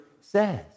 says